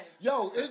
Yo